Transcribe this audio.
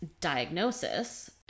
diagnosis